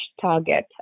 target